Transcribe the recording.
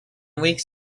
weeks